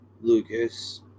Lucas